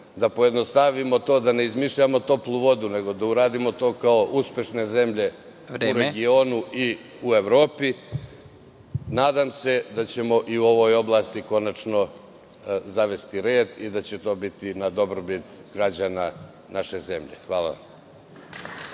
to pojednostavimo, da ne izmišljamo toplu vodu, nego da to uradimo kao uspešne zemlje u regionu i Evropi. Nadam se da ćemo u ovoj oblasti konačno zavesti red i da će to biti na dobrobit građana naše zemlje. Hvala.